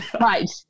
Right